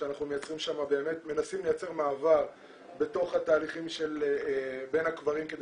אנחנו מנסים לייצר מעבר בין הקברים כדי